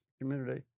community